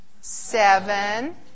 seven